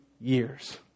years